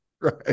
Right